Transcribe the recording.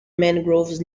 mangroves